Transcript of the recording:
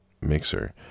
mixer